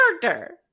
character